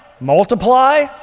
Multiply